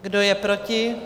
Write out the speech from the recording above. Kdo je proti?